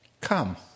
come